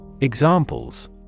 Examples